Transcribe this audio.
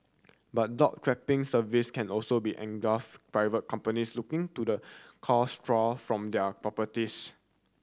but dog trapping service can also be engulf private companies looking to the cull straw from their properties